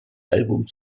album